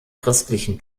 christlichen